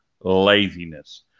laziness